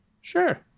Sure